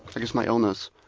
i guess, my illness,